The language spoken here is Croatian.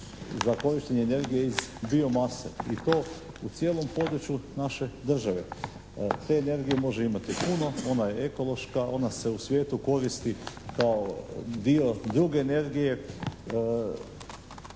za korištenje energije iz biomase i to u cijelom području naše države. Te energije može imati puno, ona je ekološka, ona se u svijetu koristi kao dio druge energije,